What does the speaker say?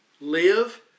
live